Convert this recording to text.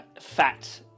fat